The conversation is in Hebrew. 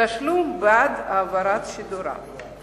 תשלום בעד העברת שידוריו.